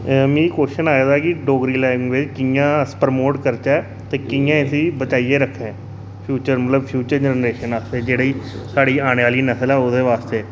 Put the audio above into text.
मिगी क्वेशन आए दा कि डोगरी लैंग्वेज़ कियां अस प्रमोट करचै ते कियां इसी बचाइयै रक्खचै फ्यूचर मतलब फ्यूचर जनरेशन आस्तै जेह्ड़ी साढ़ी औने आह्ली नसल ऐ ओह्दे वास्तै